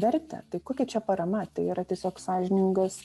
vertę tai kokia čia parama tai yra tiesiog sąžiningas